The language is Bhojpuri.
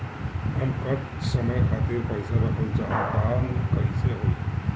हम कुछ समय खातिर पईसा रखल चाह तानि कइसे होई?